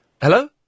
Hello